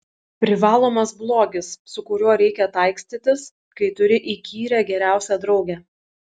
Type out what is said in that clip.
privalomas blogis su kuriuo reikia taikstytis kai turi įkyrią geriausią draugę